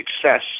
success